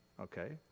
okay